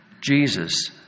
Jesus